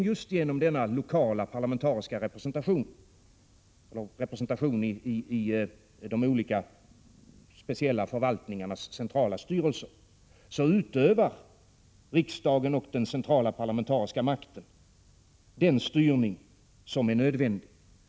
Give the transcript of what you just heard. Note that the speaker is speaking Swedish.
Just genom denna lokala parlamentariska representation i de olika förvaltningarnas styrelse utövar riksdagen, den centrala parlamentariska makten, den styrning som är nödvändig.